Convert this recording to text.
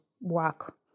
work